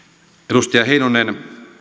edustaja heinonen